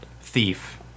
thief